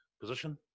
position